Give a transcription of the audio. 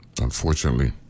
unfortunately